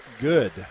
good